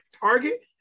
Target